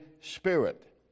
Spirit